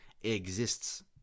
exists